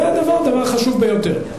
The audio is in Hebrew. זה דבר חשוב, חשוב ביותר.